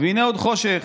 והינה עוד חושך,